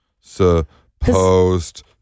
supposed